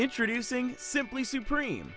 introducing simply supreme